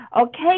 Okay